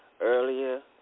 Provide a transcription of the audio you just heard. earlier